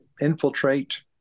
infiltrate